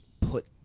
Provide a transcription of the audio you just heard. put